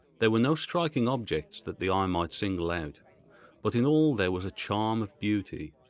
there were no striking objects that the eye might single out but in all there was a charm of beauty.